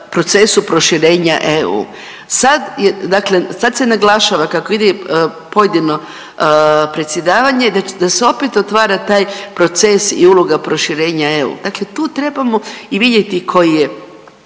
procesu proširenja EU. Sad dakle, sad se naglašava kako vidim pojedino predsjedavanje da se opet otvara taj proces i uloga proširenja EU, dakle tu trebamo i vidjeti koji je